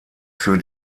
für